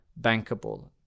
bankable